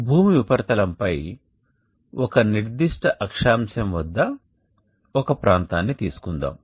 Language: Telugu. భూమి ఉపరితలంపై ఒక నిర్దిష్ట అక్షాంశం వద్ద ఒక ప్రాంతాన్ని తీసుకుందాం